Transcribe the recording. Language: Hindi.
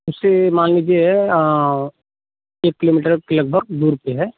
उससे मान लीजिए एक किलोमीटर के लगभग दूर पे है